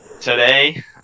Today